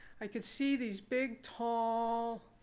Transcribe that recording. i could see these big, tall,